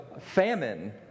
famine